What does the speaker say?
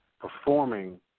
performing